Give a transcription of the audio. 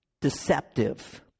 deceptive